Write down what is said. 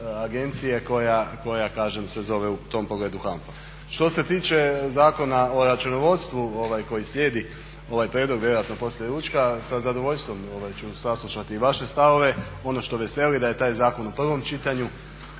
koja kažem se zove u tom pogledu HANFA. Što se tiče Zakona o računovodstvu koji slijedi ovaj prijedlog vjerojatno poslije ručka sa zadovoljstvom ću saslušati i vaše stavove. Ono što veseli je da je taj zakon u prvom čitanju,